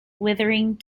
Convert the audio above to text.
withering